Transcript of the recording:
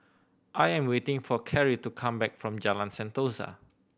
I am waiting for Cari to come back from Jalan Sentosa